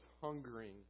hungering